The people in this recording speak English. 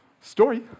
story